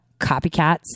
copycats